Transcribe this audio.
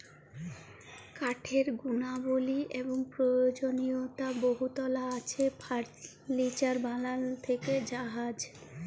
কাঠের গুলাবলি এবং পরয়োজলীয়তা বহুতলা আছে ফারলিচার বালাল থ্যাকে জাহাজ